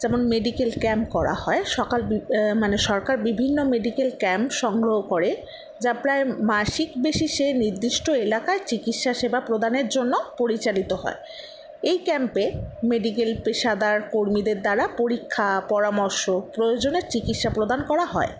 যেমন medical camp করা হয় সকাল মানে সরকার বিভিন্ন মেডিকেল ক্যাম্প সংগ্রহ করে যা প্রায় মাসিক বেসিসে নির্দিষ্ট এলাকায় চিকিৎসা সেবা প্রদানের জন্য পরিচালিত হয় এই ক্যাম্পে মেডিকেল পেশাদার কর্মীদের দ্বারা পরীক্ষা পরামর্শ প্রয়োজনে চিকিৎসা প্রদান করা হয়